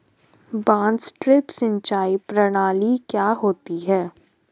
बांस ड्रिप सिंचाई प्रणाली क्या होती है?